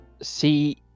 See